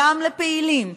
גם לפעילים,